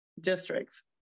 districts